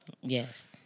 Yes